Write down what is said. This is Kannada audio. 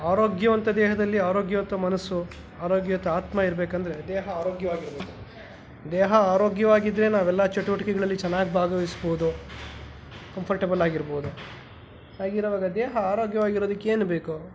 ಆರೋಗ್ಯವಂತ ದೇಹದಲ್ಲಿ ಆರೋಗ್ಯವಂತ ಮನಸ್ಸು ಆರೋಗ್ಯಯುತ ಆತ್ಮ ಇರಬೇಕಂದ್ರೆ ದೇಹ ಆರೋಗ್ಯವಾಗಿ ಇರಬೇಕು ದೇಹ ಆರೋಗ್ಯವಾಗಿದ್ದರೆ ನಾವು ಎಲ್ಲಾ ಚಟುವಟಿಕೆಗಳಲ್ಲಿ ಚೆನ್ನಾಗಿ ಭಾಗವಹಿಸ್ಬೋದು ಕಂಫರ್ಟೇಬಲ್ ಆಗಿ ಇರ್ಬೋದು ಹಾಗಿರುವಾಗ ದೇಹ ಆರೋಗ್ಯವಾಗಿರೋದಕ್ಕೆ ಏನು ಬೇಕು